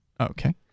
Okay